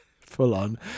full-on